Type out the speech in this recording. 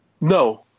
No